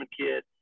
kid